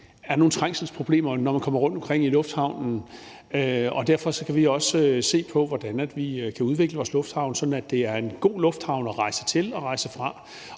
er nogle trængselsproblemer, når man kommer rundt i lufthavnen, og derfor kan vi også se på, hvordan vi kan udvikle vores lufthavn, sådan at det er en god lufthavn at rejse til og rejse fra,